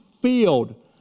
field